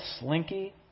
slinky